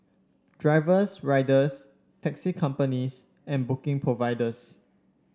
drivers riders taxi companies and booking providers